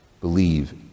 believe